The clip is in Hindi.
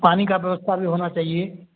पानी का व्यवस्था भी होना चाहिए